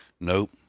Nope